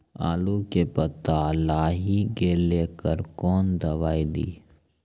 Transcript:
आलू के पत्ता लाही के लेकर कौन दवाई दी?